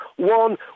One